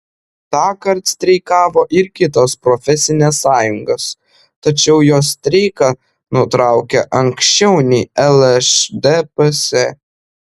tąkart streikavo ir kitos profesinės sąjungos tačiau jos streiką nutraukė anksčiau nei lšdps